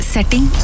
Setting